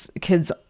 kids